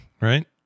right